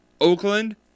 Oakland